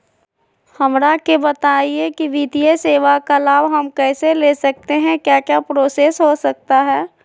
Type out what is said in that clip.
हमरा के बताइए की वित्तीय सेवा का लाभ हम कैसे ले सकते हैं क्या क्या प्रोसेस हो सकता है?